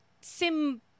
Sim